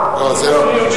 לא, זה לא,